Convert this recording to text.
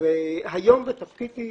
היום בתפקידי